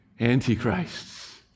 antichrists